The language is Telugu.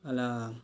అలా